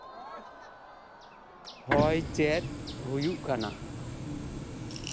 ᱦᱚᱭ ᱪᱮᱫ ᱦᱩᱭᱩᱜ ᱠᱟᱱᱟ